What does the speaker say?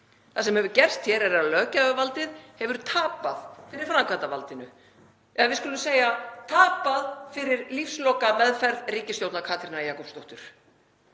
Það sem hefur gerst hér er að löggjafarvaldið hefur tapað fyrir framkvæmdarvaldinu, eða við skulum segja: tapað fyrir lífslokameðferð ríkisstjórnar Katrínar Jakobsdóttur.